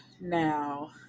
now